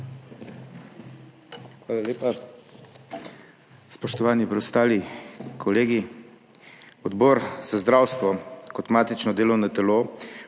Hvala lepa. Spoštovani preostali kolegi. Odbor za zdravstvo kot matično delovno telo